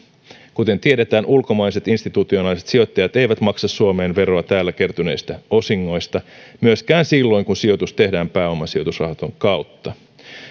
kuten tiedetään ulkomaiset institutionaaliset sijoittajat eivät maksa suomeen veroa täällä kertyneistä osingoista myöskään silloin kun sijoitus tehdään pääomasijoitusrahaston kautta